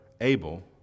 Abel